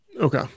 Okay